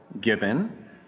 given